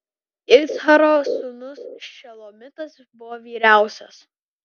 iccharo sūnus šelomitas buvo vyriausias